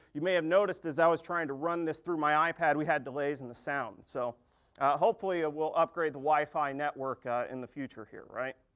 you may have noticed as i was trying to run this through my ipad, we had delays in the sound. so hopefully ah we'll upgrade the wifi network ah in the future here, right?